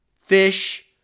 fish